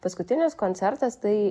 paskutinis koncertas tai